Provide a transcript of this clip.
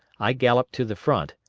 i galloped to the front,